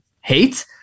hate